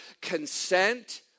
Consent